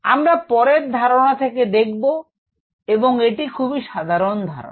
আমরা পরের ধারণা থেকে দেখব এবং এটি খুবই সাধারণ ধারণা